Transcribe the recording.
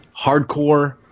hardcore